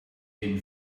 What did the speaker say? den